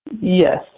yes